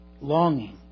longing